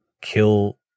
kill